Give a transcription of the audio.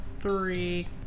three